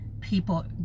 people